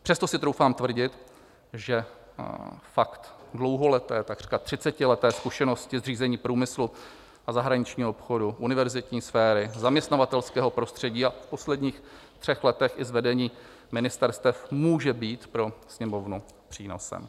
Přesto si troufám tvrdit, že fakt dlouhodobé, takřka třicetileté zkušenosti s řízením průmyslu a zahraničního obchodu, univerzitní sféry, zaměstnavatelského prostředí a v posledních třech letech i s vedením ministerstev může být pro Sněmovnu přínosem.